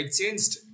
changed